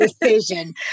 decision